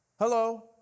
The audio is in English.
Hello